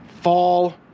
fall